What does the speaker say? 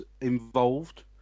involved